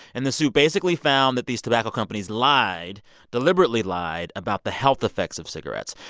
and the suit basically found that these tobacco companies lied deliberately lied about the health effects of cigarettes.